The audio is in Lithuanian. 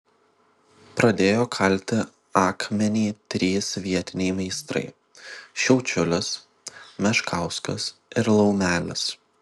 pradėjo kalti akmenį trys vietiniai meistrai šiaučiulis meškauskas ir laumelis